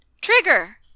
Trigger